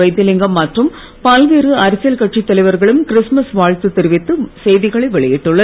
வைத்திலிங்கம் மற்றும் பல்வேறு அரசியல் கட்சி தலைவர்களும் கிறிஸ்துமஸ் வாழ்த்து தெரிவித்து செய்திகளை வெளியிட்டுள்ளனர்